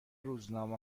روزنامه